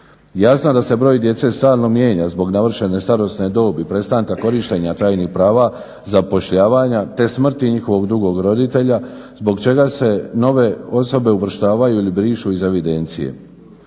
Jasno da se broj djece stalno mijenja, zbog navršene starosne dobi, prestanka korištenja trajnih prava, zapošljavanja, te smrti njihovog drugog roditelja zbog čega se nove osobe uvrštavaju ili brišu iz evidencije.